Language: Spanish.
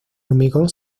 hormigón